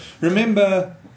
Remember